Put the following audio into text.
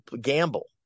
gamble